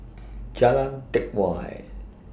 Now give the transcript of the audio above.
Jalan Teck Whye